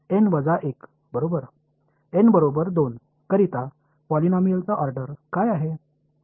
N वजा 1 बरोबर N बरोबर 2 करिता पॉलिनॉमियलचा ऑर्डर काय आहे